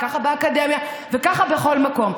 וככה באקדמיה וככה בכל מקום.